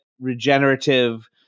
regenerative